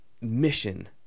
mission